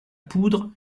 poudre